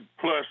plus